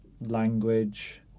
language